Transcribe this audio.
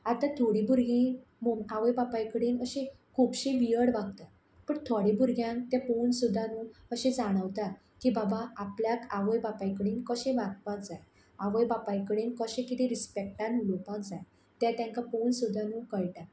आतां थोडीं भुरगीं मोम आवय बापाय कडेन अशीं खुबशीं वियर्ड वागतात बट थोडे भुरग्यांक तें पळोवन सुद्दां न्हू अशें जाणवता की बाबा आपल्याक आवय बापाय कडेन कशें वागपाक जाय आवय बापाय कडेन कशें किदें रिस्पॅक्टान उलोवपाक जाय तें तांकां पळोवन सुद्दां न्हू कळटा